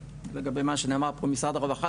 לגבי מה שנאמר פה ממשרד הרווחה,